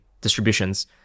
distributions